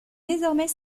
désormais